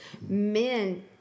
Men